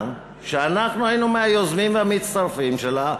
שאנחנו היינו מהיוזמים והמצטרפים שלה,